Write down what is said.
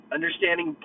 Understanding